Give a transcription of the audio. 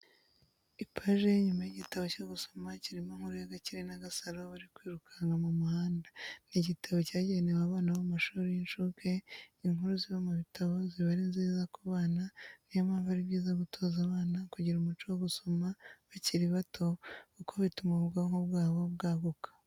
Ipaji y'inyuma y'igitabo cyo gusoma kirimo inkuru ya Gakire na Gasaro bari kwirukanya mu muhanda, ni igitabo cyagenewe abana bo mu mashuri y'inshuke inkuru ziba mu bitabo ziba ari nziza ku bana niyo mpamvu ari byiza gutoza abana kugira umuco wo gusoma bakiri bato kuko bituma ubwonko bwabo bwaguka